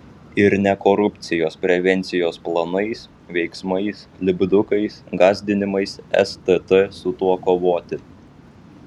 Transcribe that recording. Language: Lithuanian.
ir ne korupcijos prevencijos planais veiksmais lipdukais gąsdinimais stt su tuo kovoti